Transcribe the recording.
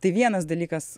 tai vienas dalykas